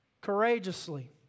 Courageously